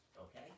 Okay